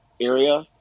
area